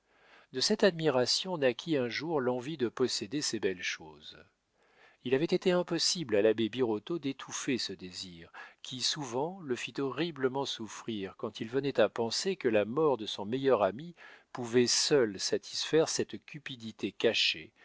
de cette admiration naquit un jour l'envie de posséder ces belles choses il avait été impossible à l'abbé birotteau d'étouffer ce désir qui souvent le fit horriblement souffrir quand il venait à penser que la mort de son meilleur ami pouvait seule satisfaire cette cupidité cachée